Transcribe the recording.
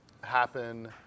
happen